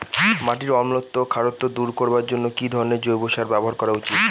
মাটির অম্লত্ব ও খারত্ব দূর করবার জন্য কি ধরণের জৈব সার ব্যাবহার করা উচিৎ?